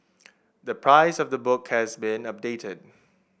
the price of the book has been updated